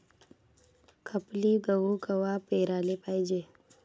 खपली गहू कवा पेराले पायजे?